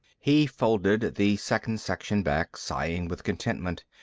he folded the second section back, sighing with contentment.